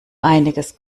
einiges